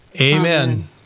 Amen